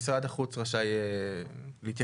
משרד החוץ רשאי להתייחס,